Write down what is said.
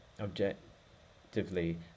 objectively